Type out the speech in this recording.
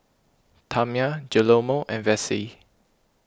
Tamia Guillermo and Vessie